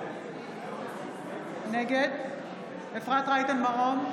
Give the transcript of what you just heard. נגד אפרת רייטן מרום,